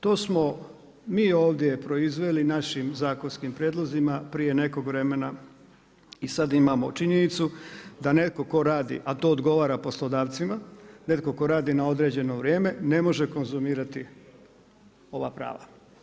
To smo mi ovdje proizveli našim zakonskim prijedlozima prije nekog vremena i sad imamo činjenicu, da netko tko radi, a to odgovara poslodavcima, netko tko radi na određeno vrijeme, ne može konzumirati ova prava.